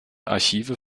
archive